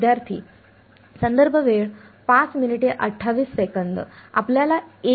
विद्यार्थीः आपल्याला A